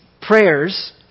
prayers